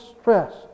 stress